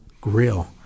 Grill